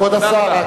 כבוד השר,